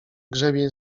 grzebień